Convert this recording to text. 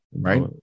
Right